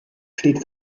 steht